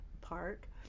Park